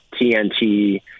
TNT